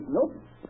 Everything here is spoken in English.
Nope